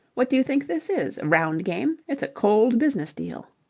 what do you think this is a round game? it's a cold business deal.